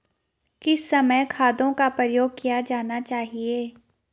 किस समय खादों का प्रयोग किया जाना चाहिए?